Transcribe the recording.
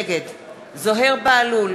נגד זוהיר בהלול,